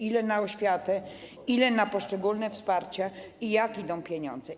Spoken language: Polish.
Ile na oświatę, ile na poszczególne wsparcie i jak idą pieniądze?